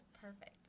perfect